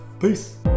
Peace